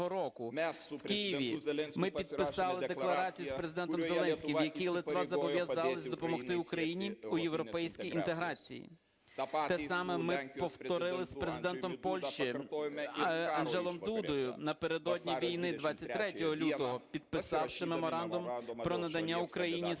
В Києві ми підписали декларацію з Президентом Зеленським, в якій Литва зобов'язалась допомогти Україні у європейській інтеграції. Те саме ми повторили з Президентом Польщі Анджеєм Дудою напередодні війни 23 лютого, підписавши Меморандум про надання Україні статусу